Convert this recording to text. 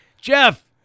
Jeff